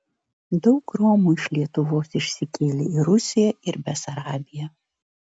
daug romų iš lietuvos išsikėlė į rusiją ir besarabiją